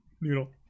Noodle